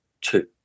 two